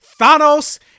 Thanos